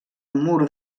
mur